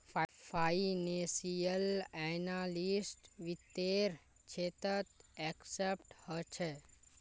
financial analyst वित्त्तेर क्षेत्रत expert ह छे